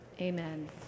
Amen